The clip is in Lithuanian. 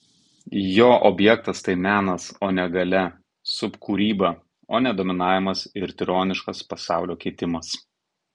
jo objektas tai menas o ne galia subkūryba o ne dominavimas ir tironiškas pasaulio keitimas